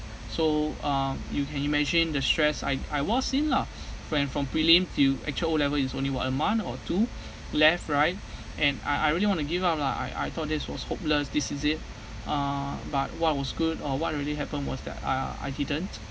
so um you can imagine the stress I I was in lah when from prelim to actual o level is only what a month or two left right and I I really want to give up lah I I thought this was hopeless this is it uh but what was good or what really happened was that uh I didn't